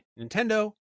Nintendo